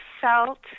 felt